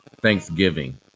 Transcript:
thanksgiving